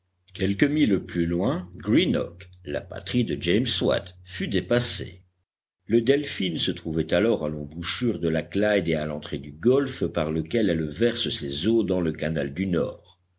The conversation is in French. quelques milles plus loin greenock la patrie de james watt fut dépassée le delphin se trouvait alors à l'embouchure de la clyde et à l'entrée du golfe par lequel elle verse ses eaux dans le canal du nord